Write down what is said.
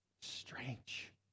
Strange